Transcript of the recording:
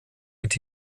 mit